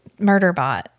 Murderbot